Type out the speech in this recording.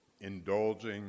indulging